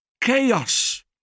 chaos